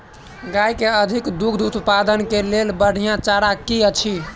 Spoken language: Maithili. गाय केँ अधिक दुग्ध उत्पादन केँ लेल बढ़िया चारा की अछि?